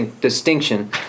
distinction